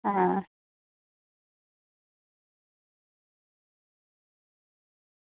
હા